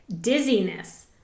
dizziness